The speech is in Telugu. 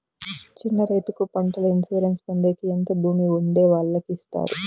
చిన్న రైతుకు పంటల ఇన్సూరెన్సు పొందేకి ఎంత భూమి ఉండే వాళ్ళకి ఇస్తారు?